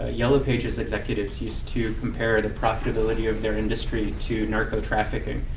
ah yellow pages executives used to compare the profitability of their industry to narco-trafficking,